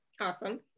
Awesome